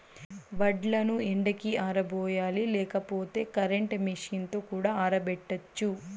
వడ్లను ఎండకి ఆరబోయాలి లేకపోతే కరెంట్ మెషీన్ తో కూడా ఆరబెట్టచ్చు